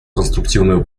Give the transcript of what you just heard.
конструктивную